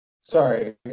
Sorry